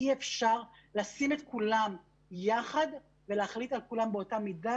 אי-אפשר לשים את כולם יחד ולהחליט על כולם באותה מידה.